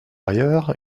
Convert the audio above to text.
ailleurs